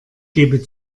gebe